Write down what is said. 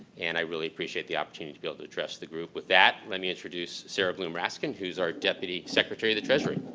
and i really appreciate the opportunity to be able to address the group. with that, let me introduce, sarah bloom raskin, who's our deputy secretary to treasury.